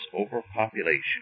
overpopulation